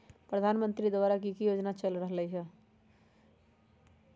प्रधानमंत्री द्वारा की की योजना चल रहलई ह?